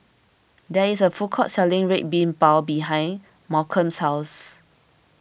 there is a food court selling Red Bean Bao behind Malcolm's house